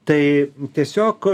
tai tiesiog